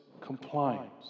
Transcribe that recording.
compliance